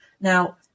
Now